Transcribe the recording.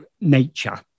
nature